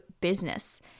business